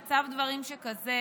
במצב דברים שכזה,